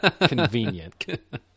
convenient